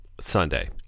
Sunday